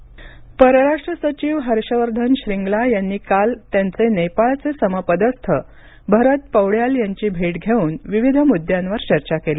श्रींगला परराष्ट्र सचिव हर्षवर्धन श्रींगला यांनी काल त्यांचे नेपाळचे समपदस्थ भरत पौड्याल यांची भेट घेऊन विविध मुद्द्यांवर चर्चा केली